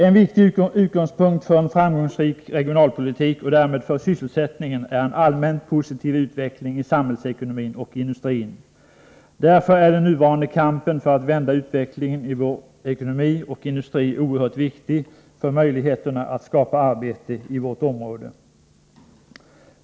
En viktig utgångspunkt för en framgångsrik regionalpolitik och därmed för sysselsättningen är en allmänt positiv utveckling i samhällsekonomin och industrin. Därför är den nuvarande kampen för att vända utvecklingen i vår ekonomi och industri oerhört viktig för möjligheterna att skapa arbete i vårt område.